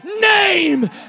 name